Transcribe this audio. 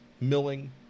milling